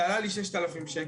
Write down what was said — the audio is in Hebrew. זה עשה לי 6,000 שקל,